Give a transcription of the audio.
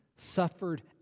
suffered